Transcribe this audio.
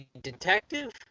detective